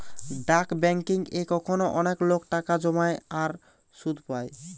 ডাক বেংকিং এ এখনো অনেক লোক টাকা জমায় আর সুধ পায়